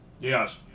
Yes